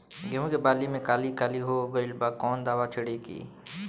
गेहूं के बाली में काली काली हो गइल बा कवन दावा छिड़कि?